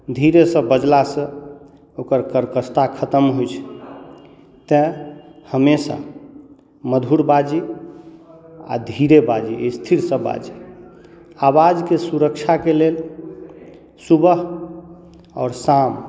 धीरेसँ बजलासँ ओकर कर्कशता खतम होइत छै तैंँ हमेशा मधुर बाजी आ धीरे बाजी स्थिरसँ बाजी आवाजके सुरक्षाके लेल सुबह आओर शाम